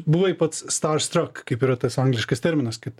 buvai pats star strak kaip yra tas angliškas terminas kad